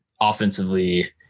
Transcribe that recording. offensively